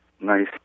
nice